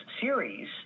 series